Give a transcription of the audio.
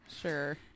Sure